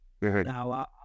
now